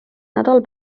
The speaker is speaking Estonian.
nädal